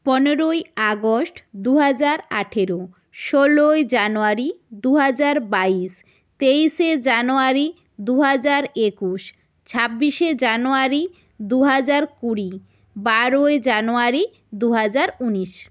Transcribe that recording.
পনেরোই আগস্ট দুহাজার আঠেরো ষোলোই জানুয়ারি দুহাজার বাইস তেইশে জানুয়ারি দুহাজার একুশ ছাব্বিশে জানুয়ারি দুহাজার কুড়ি বারোই জানুয়ারি দুহাজার উনিশ